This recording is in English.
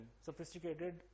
sophisticated